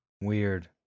Weird